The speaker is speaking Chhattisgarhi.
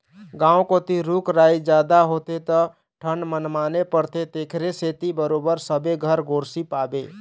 गाँव कोती रूख राई जादा होथे त ठंड मनमाने परथे तेखरे सेती बरोबर सबे घर गोरसी पाबे